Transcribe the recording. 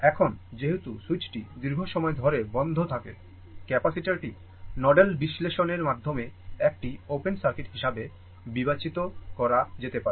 এখন যেহেতু সুইচটি দীর্ঘ সময় ধরে বন্ধ থাকে ক্যাপাসিটারটি নোডাল বিশ্লেষণের মাধ্যমে একটি ওপেন সার্কিট হিসাবে বিবেচিত করা যেতে পারে